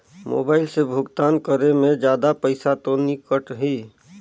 Mobile से भुगतान करे मे जादा पईसा तो नि कटही?